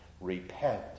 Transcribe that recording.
Repent